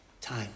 time